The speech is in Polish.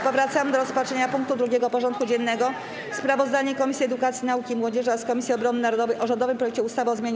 Powracamy do rozpatrzenia punktu 2. porządku dziennego: Sprawozdanie Komisji Edukacji, Nauki i Młodzieży oraz Komisji Obrony Narodowej o rządowym projekcie ustawy o zmianie